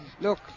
look